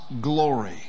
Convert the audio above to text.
glory